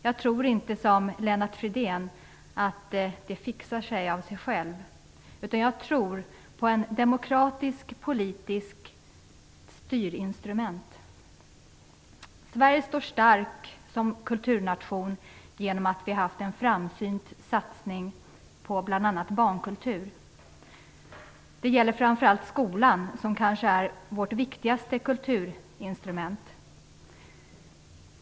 Jag tror inte, som Lennart Fridén gör, att det fixar sig av sig självt. Jag tror på ett demokratiskt och politiskt styrinstrument. Sverige står stark som kulturnation genom att vi har haft en framsynt satsning på bl.a. barnkultur. Det gäller framför allt skolan, som kanske är vårt viktigaste kulturinstrument.